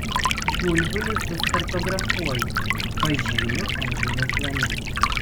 gulbių lizdus kartografuoju pažymiu ežero plane